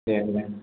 दे दे